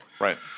Right